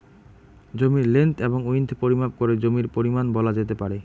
জমির লেন্থ এবং উইড্থ পরিমাপ করে জমির পরিমান বলা যেতে পারে